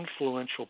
influential